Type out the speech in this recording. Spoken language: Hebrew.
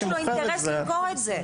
יש לו אינטרס למכור את זה.